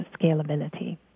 scalability